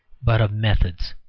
but of methods.